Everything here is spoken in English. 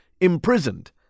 imprisoned